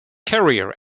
career